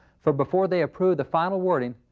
for before they approved the final wording,